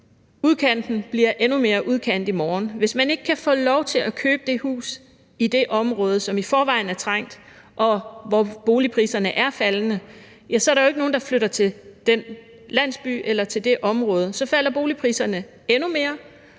udkanten bliver endnu mere udkant i morgen. Hvis man ikke kan få lov til at købe det hus i det område, som i forvejen er trængt, og hvor boligpriserne er faldende, er der ikke nogen, der flytter til den landsby eller til det område. Så falder boligpriserne endnu mere,